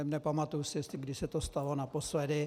Nepamatuji si, kdy se to stalo naposledy.